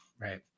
Right